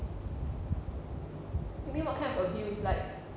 you mean what kind of abuse like